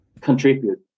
contribute